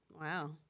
wow